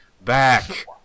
back